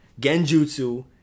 genjutsu